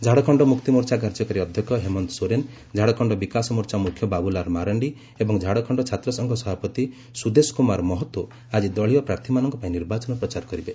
ଝାଡ଼ଖଣ୍ଡ ମୁକ୍ତିମୋର୍ଚ୍ଚା କାର୍ଯ୍ୟକାରୀ ଅଧ୍ୟକ୍ଷ ହେମନ୍ତ ସୋରେନ୍ ଝାଡ଼ଖଣ୍ଡ ବିକାଶ ମୋର୍ଚ୍ଚା ମୁଖ୍ୟ ବାବୁଲାଲ ମାରାଣ୍ଡି ଏବଂ ଛାଡ଼ଖଣ୍ଡ ଛାତ୍ରସଂଘ ସଭପତି ସୁଦେଶ କୁମାର ମହତୋ ଆଜି ଦଳୀୟ ପ୍ରାର୍ଥୀମାନଙ୍କପାଇଁ ନିର୍ବାଚନ ପ୍ରଚାର କରିବେ